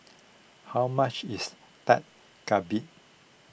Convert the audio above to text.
how much is Dak Galbi